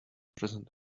present